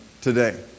today